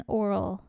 oral